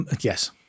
yes